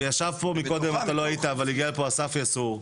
ישב פה קודם אסף יסעור,